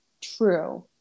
True